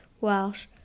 Welsh